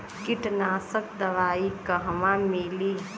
कीटनाशक दवाई कहवा मिली?